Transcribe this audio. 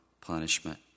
punishment